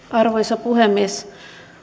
arvoisa puhemies